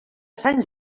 sant